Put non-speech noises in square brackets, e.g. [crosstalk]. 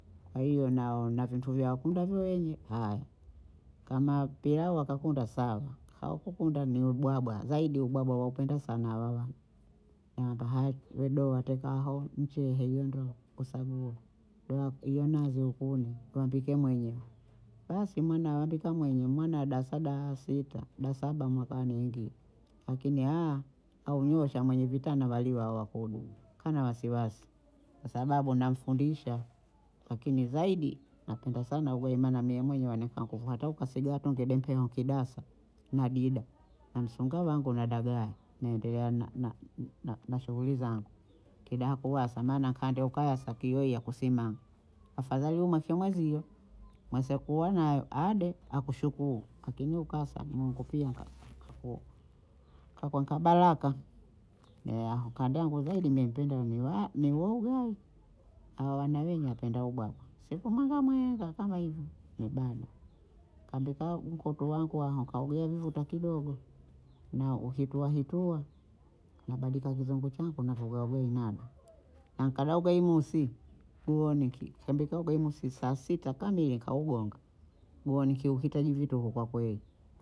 Kwa hiyo [hesitation] nao- na vintu vya wakundavyo wenye, haya kama pilau wakakunda sawa hawakukunda ni ubwabwa zaidi ubwabwa waupenda sana hawa wana, nawamba haya we doho wateka aho mcheye hiyo ndoo kwa sabuyi, dohako hiyo nazi ukune wampike mwenye, basi mwana wampika mwenye, mwana wa daasa [hesitation] daaa sita da saba mwakani aingia akini [hesitation] aonyosha mwenyewe vitana wali wa wakudu kana wasiwasi kwa sababu namfundisha akini zaidi apenda sana ugayi maana mie mwenye wanfaa kuvaatuka au kasegaha tuhu ngede keo kidasa nadida na msunga wangu na dagaa naendelea na- na- na- na shughuli zangu kidaha kuwasa maana nkande ukahasa kio ya kusimama, afadhali umweke mwezio mwese kuona hayo ade akushukuyu lakini ukase Mungu pia [hesitation] nku- haku haku kakuenka baraka ne aho nkade angu zaidi mie npendao ni [hesitation] wa- huo ugayi hawa wana wenye wapenda ubwabwa, siku mwengamwenga kama hivi ni bada nkampika [hesitation] nkutu wangu aha nkaugea vuta kidogo na ukituhahituha nabandika kizungu changu navuuga ugayi nami, na nkada ugayi musi kuoniki kimpika ugayi musi saa sita kamili kaugonga go nikiuhitaji vituhu kwa kweyi